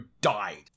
died